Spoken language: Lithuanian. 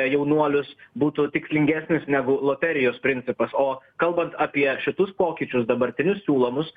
jaunuolius būtų tikslingesnis negu loterijos principas o kalbant apie šitus pokyčius dabartinius siūlomus